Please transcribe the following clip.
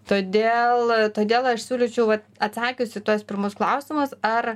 todėl todėl aš siūlyčiau vat atsakius į tuos pirmus klausimas ar